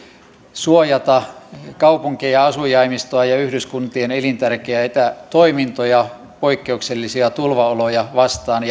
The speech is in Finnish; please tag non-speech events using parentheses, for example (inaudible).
suojata kaupunkeja asujaimistoa ja yhdyskuntien elintärkeitä toimintoja poikkeuksellisia tulvaoloja vastaan (unintelligible)